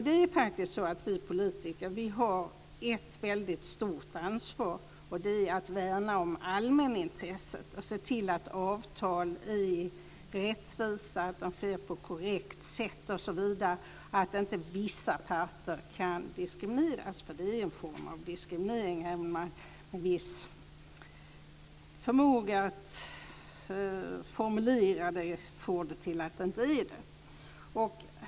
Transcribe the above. Det är faktiskt så att vi politiker har ett väldigt stort ansvar att värna om allmänintresset och se till att avtal är rättvisa och sluts på korrekt sätt och att inte vissa parter kan diskrimineras, för det är här fråga om en form av diskriminering även om man har en viss förmåga att få det till att det inte är det.